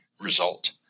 Result